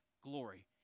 glory